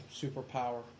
superpower